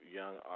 young